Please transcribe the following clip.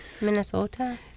Minnesota